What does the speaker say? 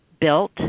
Built